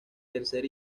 tercer